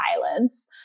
violence